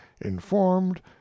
informed